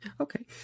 Okay